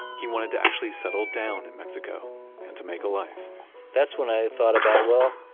he wanted to actually settle down in mexico and to make a life that's when i thought about, well,